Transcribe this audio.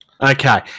okay